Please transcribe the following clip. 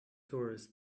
tourists